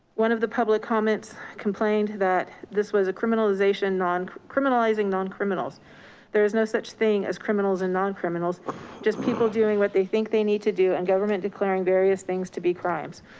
one of the public comments complained that this was a criminalization criminalizing non-criminals there is no such thing as criminals, and non-criminals just people doing what they think they need to do. and government declaring various things to be crimes.